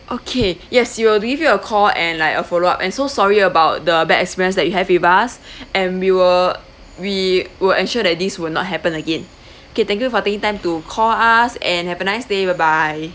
okay yes we will be give you a call and like a follow up and so sorry about the bad experience that you have with us and we will we will ensure that this will not happen again okay thank you for taking time to call us and have a nice day bye bye